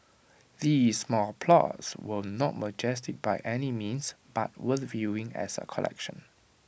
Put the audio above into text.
the small plots were not majestic by any means but worth viewing as A collection